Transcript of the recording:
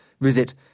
visit